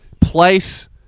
place